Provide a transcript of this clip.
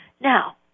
Now